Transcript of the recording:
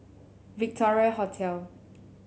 Victoria Hotel